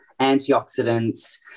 antioxidants